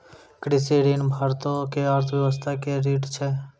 कृषि ऋण भारतो के अर्थव्यवस्था के रीढ़ छै